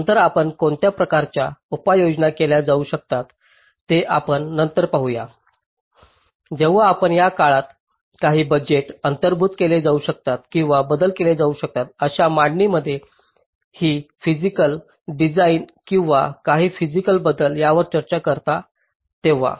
नंतर आपण कोणत्या प्रकारच्या उपाययोजना केल्या जाऊ शकतात ते आपण नंतर पाहूया जेव्हा आपण या काळात काही बजेट अंतर्भूत केले जाऊ शकतात किंवा बदल केले जाऊ शकतात अशा मांडणीमध्ये काही फिसिकल डिझाइन किंवा काही फिसिकल बदल यावर चर्चा करता तेव्हा